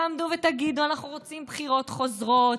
תעמדו ותגידו: אנחנו רוצים בחירות חוזרות,